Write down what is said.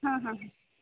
ಹಾಂ ಹಾಂ